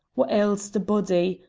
what ails the body?